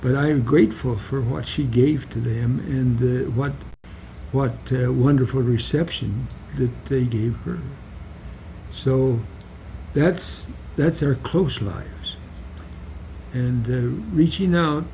but i'm grateful for what she gave to them in the one what a wonderful reception that they gave her so that's that's their close line and reaching out